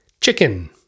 chicken